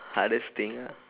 hardest thing ah